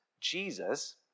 Jesus